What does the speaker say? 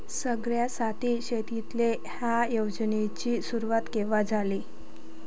सगळ्याइसाठी शेततळे ह्या योजनेची सुरुवात कवा झाली?